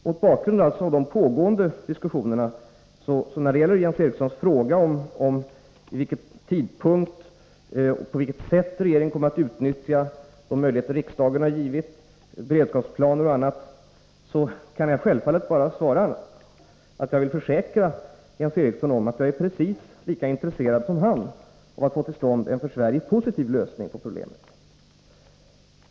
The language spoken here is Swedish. Mot bakgrund av de pågående diskussionerna kan jag självfallet bara svara Jens Eriksson på hans fråga, beträffande vid vilken tidpunkt och på vilket sätt regeringen kommer att utnyttja de möjligheter riksdagen har givit regeringen genom beredskapsplaner och annat, att jag vill försäkra Jens Eriksson att jag är precis lika intresserad som han av att få till stånd en för Sverige positiv lösning på problemet.